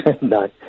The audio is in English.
No